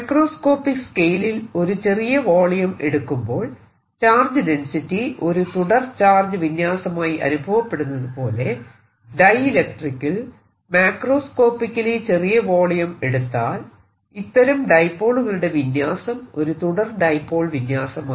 macroscopic സ്കെയിലിൽ ഒരു ചെറിയ വോളിയം എടുക്കുമ്പോൾ ചാർജ് ഡെൻസിറ്റി ഒരു തുടർ ചാർജ് വിന്യാസമായി അനുഭവപ്പെടുന്നതുപോലെ ഡൈഇലൿട്രിക്കിൽ മാക്രോസ്കോപ്പിക്കലി ചെറിയ വോളിയം എടുത്താൽ ഇത്തരം ഡൈപോളുകളുടെ വിന്യാസം ഒരു തുടർ ഡൈപോൾ വിന്യാസമായി